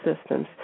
systems